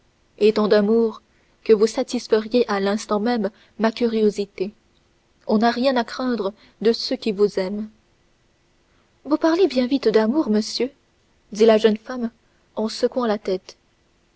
et tant d'amour que vous satisferiez à l'instant même ma curiosité on n'a rien à craindre de ceux qui vous aiment vous parlez bien vite d'amour monsieur dit la jeune femme en secouant la tête